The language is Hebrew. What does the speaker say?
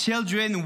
children,